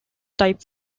type